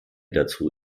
dazu